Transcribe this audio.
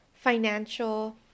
financial